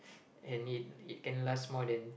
and it it can last more than